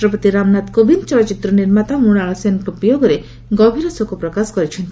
ରାଷ୍ଟ୍ରପତି ରାମନାଥ କୋବିନ୍ଦ ଚଳଚ୍ଚିତ୍ର ନିର୍ମାତା ମୂଣାଳ ସେନ୍ଙ୍କ ବିୟୋଗରେ ଗଭୀର ଶୋକ ପ୍ରକାଶ କରିଛନ୍ତି